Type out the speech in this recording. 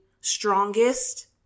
strongest